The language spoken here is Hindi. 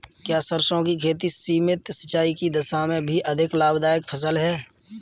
क्या सरसों की खेती सीमित सिंचाई की दशा में भी अधिक लाभदायक फसल है?